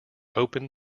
open